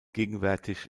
gegenwärtig